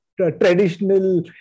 traditional